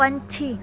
ਪੰਛੀ